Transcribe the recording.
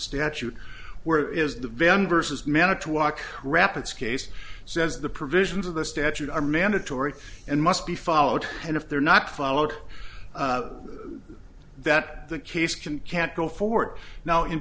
statute where is the vendor's has managed to walk crap its case says the provisions of the statute are mandatory and must be followed and if they're not followed that the case can can't go forward now in